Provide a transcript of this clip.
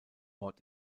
ort